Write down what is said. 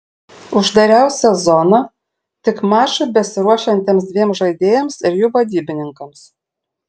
uždariausia zona tik mačui besiruošiantiems dviem žaidėjams ir jų vadybininkams